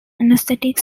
anesthetic